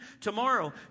Tomorrow